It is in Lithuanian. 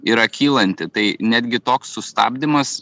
yra kylanti tai netgi toks sustabdymas